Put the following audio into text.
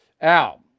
Al